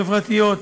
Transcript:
חברתיות,